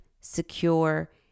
secure